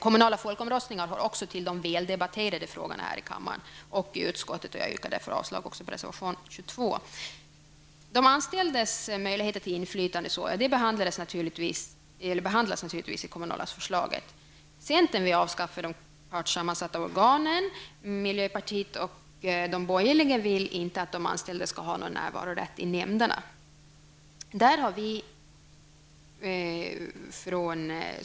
Kommunala folkomröstningar hör till de väldebatterade frågorna här i kammaren och i utskottet, och jag yrkar därför avslag också på reservation 22. De anställdas möjligheter till inflytande behandlas naturligtvis i kommunallagsförslaget. Centern vill avskaffa de partssammansatta organen, och miljöpartiet och de borgerliga partierna vill inte att de anställda skall ha någon närvarorätt i nämnderna.